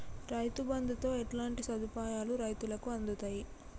రైతు బంధుతో ఎట్లాంటి సదుపాయాలు రైతులకి అందుతయి?